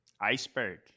Iceberg